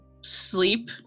sleep